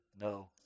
no